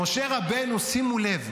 שמשה רבנו, שימו לב,